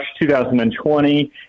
2020